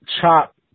chop